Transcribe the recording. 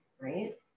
right